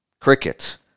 Crickets